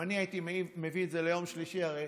אם אני הייתי מביא את זה ביום שלישי הרי